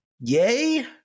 yay